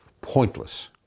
pointless